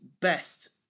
best